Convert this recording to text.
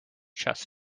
chess